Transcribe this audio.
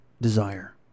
desire